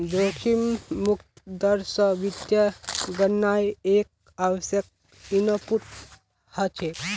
जोखिम मुक्त दर स वित्तीय गणनार एक आवश्यक इनपुट हछेक